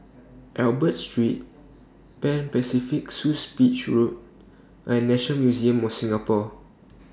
Albert Street Pan Pacific Suites Beach Road and Nation Museum of Singapore